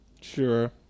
Sure